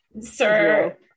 sir